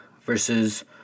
versus